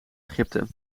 egypte